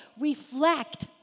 reflect